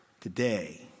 today